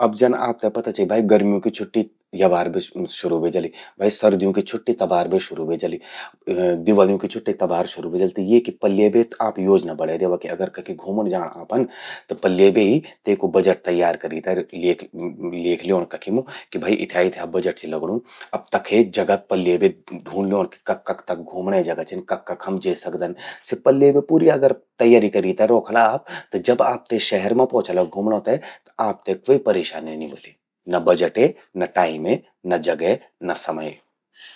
अब जन आपते पता चि भई गर्म्यूं कि छुट्टि यबार बे शुरु ह्वे जलि। भई सर्द्यूं कि छुट्टि तबार से शुरु ह्वे जलि, दिवल्यूं कि छुट्टि तबार शुरु ह्वे जलि। येकि पल्ये बे आप योजना बणे द्यवा कि अगर कखि घूमण जाण आपन, त पल्ये बे ही तेकु बजट तैयार करि ते ल्येखि द्योंण कखि मूं, कि भई इथ्या इथ्या बजट चि लगणूं। अब तखे जगा पल्ये बे ढूंढ ल्योंण कि कख कख तख घूमणें जगा छिन, कख कख हम जे सकदन। सि पल्ये बे पूरी तैयारी करि ते रौखला आप। त जब आप ते शहर मां पौंछल घूमणों ते, त आपते क्वे परेशानी नि ह्वलि। ना बजटे, ना टाइमे, ना जगे, ना समये।